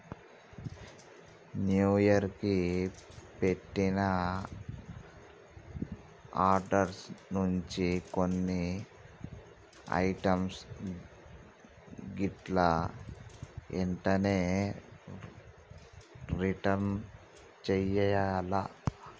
new year కి పెట్టిన orders నుంచి కొన్ని ఐటమ్స్ గిట్లా ఎంటనే రిటర్న్ చెయ్యాల్ల